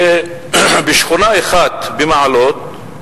שבשכונה אחת במעלות,